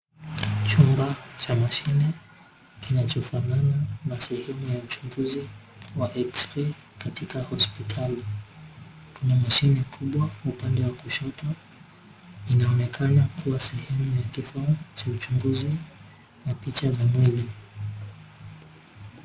Chumba cha mashine kinacho-fanana na sehemu ya uchunguzi wa X-ray katika hospitali. Kuna mashine kubwa upande wa kushoto inaonekana kua sehemu ya kifaa cha uchunguzi wa picha za mwili.